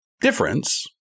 difference